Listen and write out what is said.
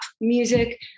music